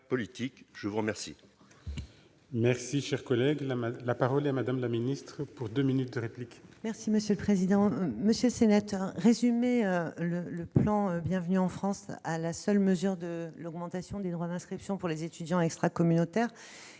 Je vous remercie,